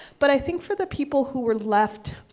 but i think for the people who were left,